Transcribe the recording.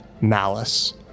malice